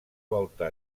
volta